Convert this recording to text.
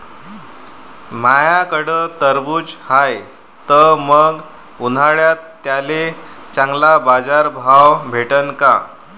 माह्याकडं टरबूज हाये त मंग उन्हाळ्यात त्याले चांगला बाजार भाव भेटन का?